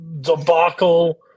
debacle